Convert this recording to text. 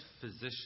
physician